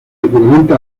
equivalente